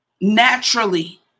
naturally